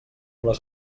les